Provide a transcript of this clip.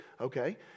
okay